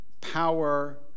power